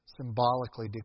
symbolically